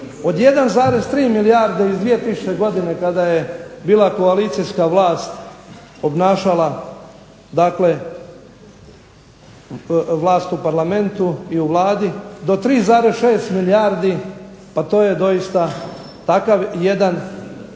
Od 1,3 milijarde iz 2000. godine kada je bila koalicijska vlast obnašala dakle vlast u parlamentu i u Vladi do 3,6 milijardi to je doista takav jedan